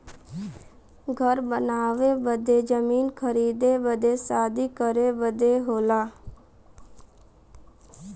घर बनावे बदे जमीन खरीदे बदे शादी करे बदे होला